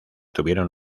tuvieron